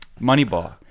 Moneyball